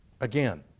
again